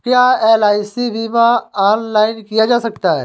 क्या एल.आई.सी बीमा ऑनलाइन किया जा सकता है?